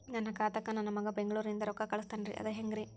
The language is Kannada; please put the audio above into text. ನನ್ನ ಖಾತಾಕ್ಕ ನನ್ನ ಮಗಾ ಬೆಂಗಳೂರನಿಂದ ರೊಕ್ಕ ಕಳಸ್ತಾನ್ರಿ ಅದ ಹೆಂಗ್ರಿ?